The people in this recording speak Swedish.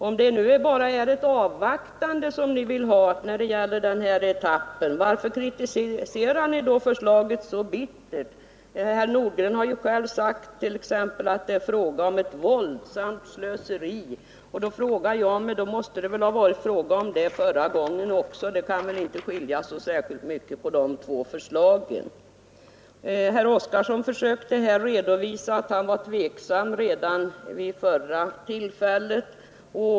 Om det bara är ett avvaktande ni vill ha när det gäller den här etappen varför kritiserar ni då förslaget så bittert? Herr Nordgren har själv sagt att det är fråga om ett våldsamt slöseri. Då måste det väl ha varit fråga om det förra gången också. Det kan väl inte skilja så särskilt mycket på de två förslagen. Herr Oskarson försökte redovisa att han var tveksam redan vid förra tillfället.